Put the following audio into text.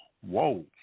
Whoa